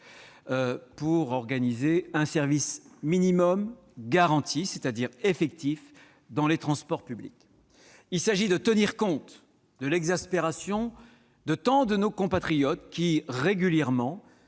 celui d'accéder à un service minimum garanti, c'est-à-dire effectif, dans les transports publics. Il s'agit de tenir compte de l'exaspération de tant de nos compatriotes qui se retrouvent